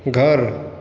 घर